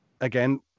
again